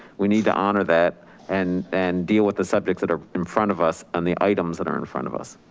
we need to honor that and and deal with the subjects that are in front of us and the items that are in front of us.